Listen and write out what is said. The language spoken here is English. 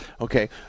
Okay